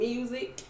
Music